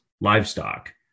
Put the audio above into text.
livestock